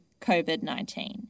COVID-19